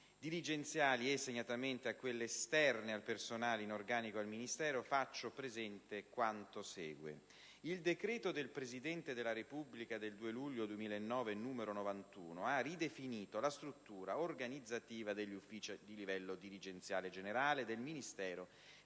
dirigenziali e, segnatamente, a quelle esterne al personale in organico al Ministero, faccio presente che il decreto del Presidente della Repubblica del 2 luglio 2009, n. 91, ha ridefinito la struttura organizzativa degli uffici di livello dirigenziale generale del Ministero